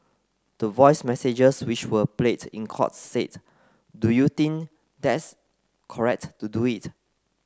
the voice messages which were played in court said do you think that's correct to do it